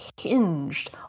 hinged